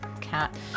cat